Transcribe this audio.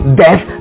death